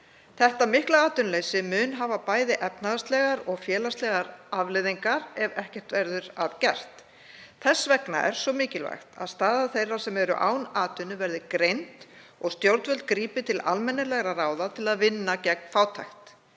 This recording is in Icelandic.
Þetta mikla atvinnuleysi mun hafa bæði efnahagslegar og félagslegar afleiðingar ef ekkert verður að gert. Þess vegna er svo mikilvægt að staða þeirra sem eru án atvinnu verði greind og stjórnvöld grípi til almennilegra ráða til að vinna gegn fátækt.